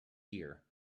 year